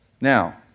Now